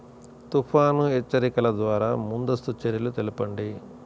తుఫాను హెచ్చరికల ద్వార ముందస్తు చర్యలు తెలపండి?